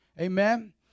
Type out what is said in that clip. Amen